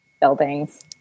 buildings